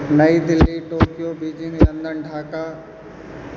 New Delhi Tokyo Beijing London Dhaka